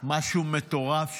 משהו מטורף,